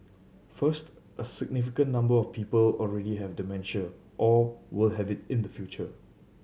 first a significant number of people already have dementia or will have it in the future